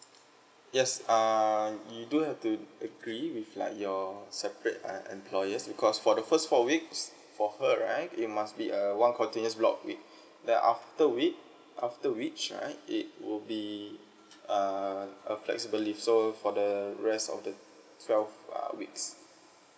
yes err you do have to agree with like your separate uh employers because for the first four weeks for her right it must be a one continuous block week then after week after which right it would be err uh flexible leave so for the rest of the twelve uh weeks